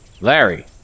Larry